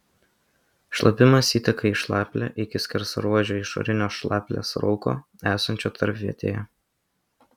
šlapimas įteka į šlaplę iki skersaruožio išorinio šlaplės rauko esančio tarpvietėje